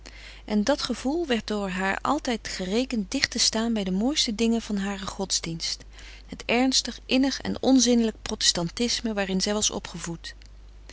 en dat gevoel werd door haar altijd gerekend dicht te staan bij de mooiste dingen van haren godsdienst het ernstig innig en onzinnelijk protestantisme waarin zij was opgevoed